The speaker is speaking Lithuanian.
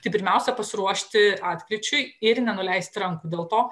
tai pirmiausia pasiruošti atkryčiui ir nenuleisti rankų dėl to